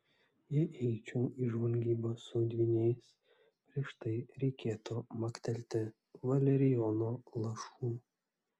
jei eičiau į žvalgybą su dvyniais prieš tai reikėtų maktelti valerijono lašų